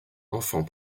enfant